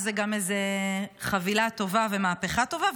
אז זה גם חבילה טובה ומהפכה טובה.